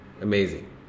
Amazing